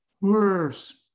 worse